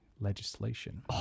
legislation